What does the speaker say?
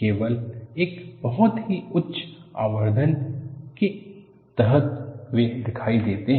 केवल एक बहुत ही उच्च आवर्धन के तहत वे दिखाई देते हैं